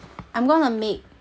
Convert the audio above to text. I'm gonna make